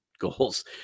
goals